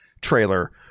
trailer